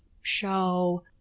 show